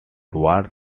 towards